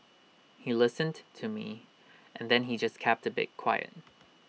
he listened to me and then he just kept A bit quiet